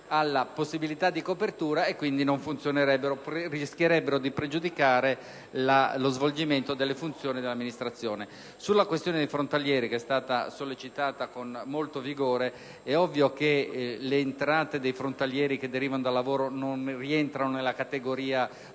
Sulla questione dei frontalieri, sollecitata con molto vigore, è ovvio che le entrate dei frontalieri che derivano dal lavoro non rientrano nella categoria dei